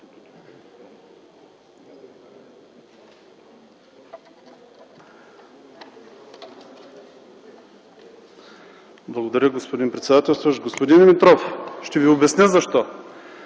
Благодаря, господин председателстващ. Господин Димитров, ще Ви обясня защо.